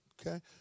Okay